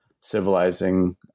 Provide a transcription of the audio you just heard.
civilizing